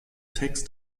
text